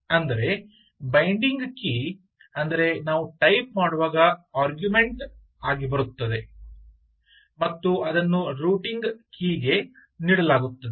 ಅಂದರೆ binding key ಅಂದರೆ ನಾವು ಟೈಪ್ ಮಾಡುವಾಗ ಆರ್ಗ್ಯುಮೆಂಟ್ ಆಗಿ ಬರುತ್ತದೆ ಮತ್ತು ಅದನ್ನು ರೂಟಿಂಗ್ ಕೀಗೆ ನೀಡಲಾಗುತ್ತದೆ